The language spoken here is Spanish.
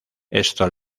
esto